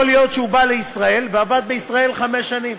יכול להיות שהוא בא לישראל ועבד בישראל חמש שנים